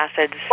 acids